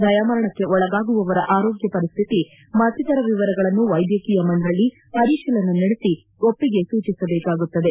ದಯಾಮರಣಕ್ಕೆ ಒಳಗಾಗುವವರ ಆರೋಗ್ಯ ಪರಿಸ್ಥಿತಿ ಮತ್ತಿತರ ವಿವರಗಳನ್ನು ವೈದ್ಯಕೀಯ ಮಂಡಳಿ ಪರಿಶೀಲನೆ ನಡೆಸಿ ಒಪ್ಪಿಗೆ ಸೂಚಿಸಬೇಕಾಗುತ್ತದೆ